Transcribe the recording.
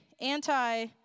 anti